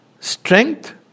Strength